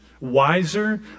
Wiser